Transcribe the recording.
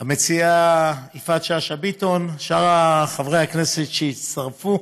המציעה יפעת שאשא ביטון ושאר חברי הכנסת שהצטרפו.